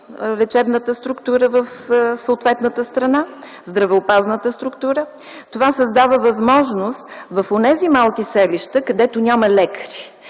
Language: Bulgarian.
лечебната структура в съответната страна, здравеопазната структура, това създава възможност в онези малки селища, където няма лекари,